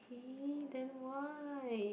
then why